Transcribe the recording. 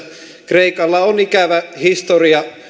kreikalla on ikävä historia